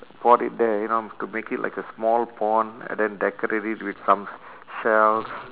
pour it there you know to make it like a small pond and then decorate it with some shells